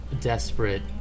desperate